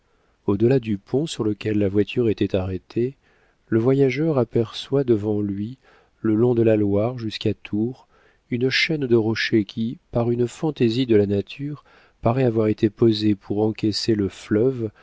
delà du pont sur lequel la voiture était arrêtée le voyageur aperçoit devant lui le long de la loire jusqu'à tours une chaîne de rochers qui par une fantaisie de la nature paraît avoir été posée pour encaisser le fleuve